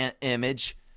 image